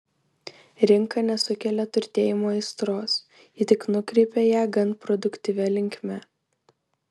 rinka nesukelia turtėjimo aistros ji tik nukreipia ją gan produktyvia linkme